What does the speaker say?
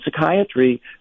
psychiatry